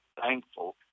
thankful